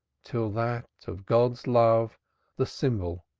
till that, of god's love the symbol,